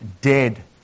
dead